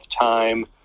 time